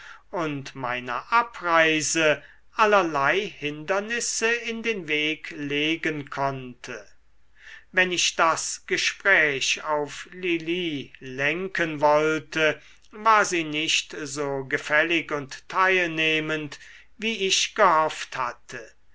und meiner abreise allerlei hindernisse in den weg legen konnte wenn ich das gespräch auf lili lenken wollte war sie nicht so gefällig und teilnehmend wie ich gehofft hatte